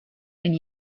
and